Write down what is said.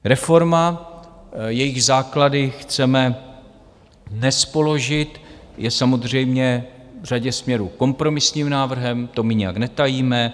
Reforma, jejíž základy chceme dnes položit, je samozřejmě v řadě směrů kompromisním návrhem, to my nijak netajíme.